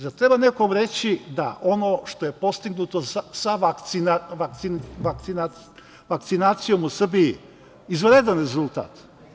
Zar treba nekom reći da ono što je postignuto sa vakcinacijom u Srbiji izvanredan rezultat?